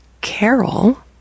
carol